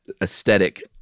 aesthetic